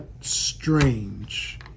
strange